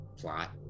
plot